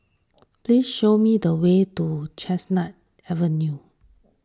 please show me the way to Chestnut Avenue